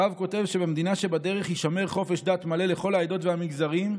הרב כותב שבמדינה שבדרך יישמר חופש דת מלא לכל העדות והמגזרים,